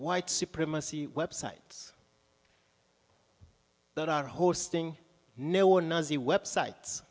white supremacy websites that are hosting no one knows the websites